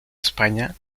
españa